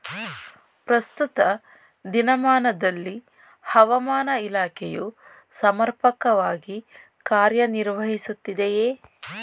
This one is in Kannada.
ಪ್ರಸ್ತುತ ದಿನಮಾನದಲ್ಲಿ ಹವಾಮಾನ ಇಲಾಖೆಯು ಸಮರ್ಪಕವಾಗಿ ಕಾರ್ಯ ನಿರ್ವಹಿಸುತ್ತಿದೆಯೇ?